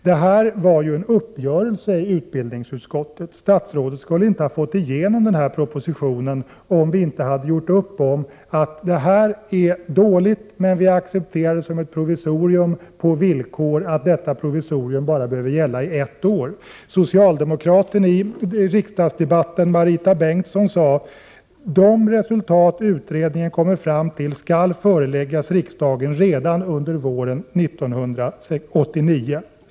Det här var en uppgörelse i utbildningsutskottet. Statsrådet skulle inte ha fått igenom propositionen om vi inte hade gjort upp om att trots att förslaget var dåligt acceptera det som ett provisorium på villkor att detta provisorium bara behövde gälla i ett år. Socialdemokraten i riksdagsdebatten, Marita Bengtsson, sade: De resultat utredningen kommer fram till skall föreläggas riksdagen redan under våren 1989.